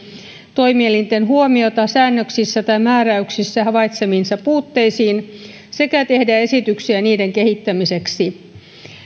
toimielinten huomiota säännöksissä tai määräyksissä havaitsemiinsa puutteisiin sekä tehdä esityksiä niiden kehittämiseksi